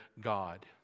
God